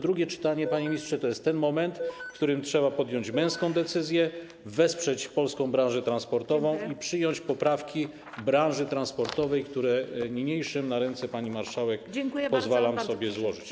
Drugie czytanie, panie ministrze, to jest ten moment, w którym trzeba podjąć męską decyzję, wesprzeć polską branżę transportową i przyjąć poprawki branży transportowej, które niniejszym na ręce pani marszałek pozwalam sobie złożyć.